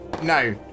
No